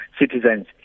citizens